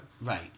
Right